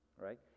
right